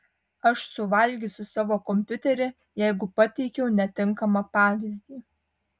aš suvalgysiu savo kompiuterį jeigu pateikiau netinkamą pavyzdį